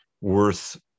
worth